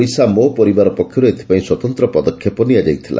ଓଡ଼ିଶା ମୋ ପରିବାର ପକ୍ଷରୁ ଏଥିପାଇଁ ସ୍ୱତନ୍ତ ପଦକ୍ଷେପ ନିଆଯାଇଥିଲା